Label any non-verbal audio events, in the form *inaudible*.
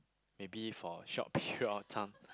maybe for short *breath* period of time